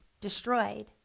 destroyed